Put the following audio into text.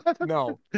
No